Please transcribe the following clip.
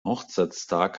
hochzeitstag